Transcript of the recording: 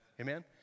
Amen